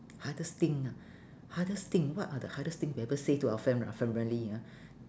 hardest thing ah hardest thing what are the hardest thing we ever say to our friend and our family ah